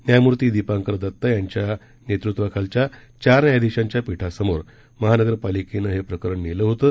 न्यायमूर्ती दीपांकर दत्ता यांच्या अध्यक्षतेखालील चार न्यायाधीशांच्या पीठासमोर महानगरपालिकेनं हे प्रकरण नेलं होतं